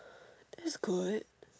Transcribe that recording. that's good